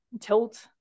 tilt